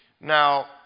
Now